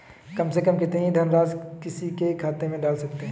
कम से कम कितनी धनराशि किसी के खाते में डाल सकते हैं?